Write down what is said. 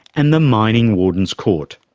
and the mining warden's court.